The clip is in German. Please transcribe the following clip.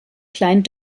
kleinen